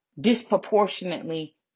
disproportionately